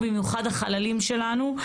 במיוחד החללים שלנו.